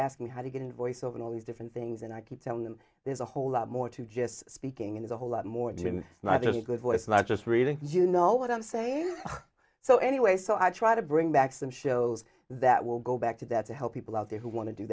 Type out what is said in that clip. ask me how to get invoice over all these different things and i keep telling them there's a whole lot more to just speaking and a whole lot more than i think a good voice not just reading you know what i'm saying so anyway so i try to bring back some shows that will go back to that to help people out there who want to do